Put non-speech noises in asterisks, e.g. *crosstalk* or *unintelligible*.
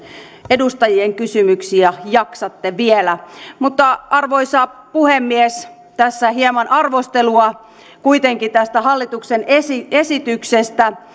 edustajien kysymyksiin ja jaksatte vielä arvoisa puhemies tässä hieman arvostelua kuitenkin tästä hallituksen esityksestä *unintelligible*